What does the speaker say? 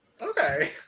okay